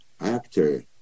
actor